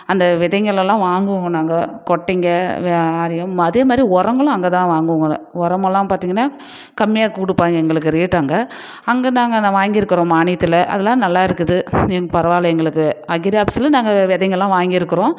அந்த விதைங்களல்லாம் வாங்குவோம் நாங்க கொட்டைங்க வெ ஆரியம் அதே மாதிரி உரங்களும் அங்கே தான் வாங்குவோம் கூட உரமெல்லாம் பார்த்தீங்கன்னா கம்மியாக கொடுப்பாங்க எங்களுக்கு ரேட் அங்கே அங்கே நாங்கள் இதை வாங்கியிருக்கறோம் மானியத்தில் எல்லாம் நல்லா இருக்குது எங் பரவாயில்ல எங்களுக்கு அக்ரி ஆபீஸில் நாங்கள் வெ விதைங்கல்லாம் வாங்கியிருக்கறோம்